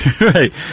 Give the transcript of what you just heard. Right